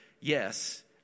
yes